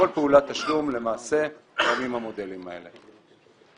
ובכל פעולת תשלום למעשה קיימים המודלים האלה.